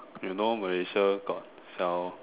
you know Malaysia got sell